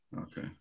Okay